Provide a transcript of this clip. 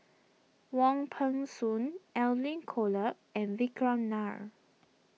Wong Peng Soon Edwin Kolek and Vikram Nair